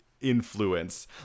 influence